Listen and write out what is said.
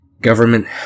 Government